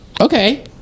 Okay